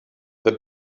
the